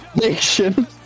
Nation